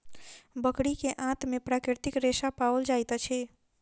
बकरी के आंत में प्राकृतिक रेशा पाओल जाइत अछि